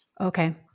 Okay